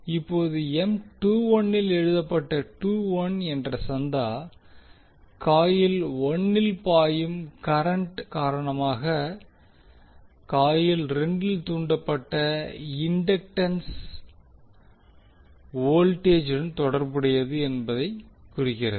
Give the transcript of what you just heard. இப்போது இல் எழுதப்பட்ட 21 என்ற சந்தா காயில் 1 இல் பாயும் கரன்ட் காரணமாக காயில் 2 இல் தூண்டப்பட்ட இண்டக்டன்ஸ் வோல்டேஜுடன் தொடர்புடையது என்பதைக் குறிக்கிறது